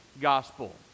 gospel